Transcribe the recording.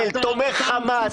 תומך חמאס,